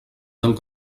del